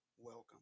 welcome